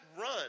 Run